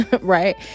right